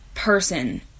person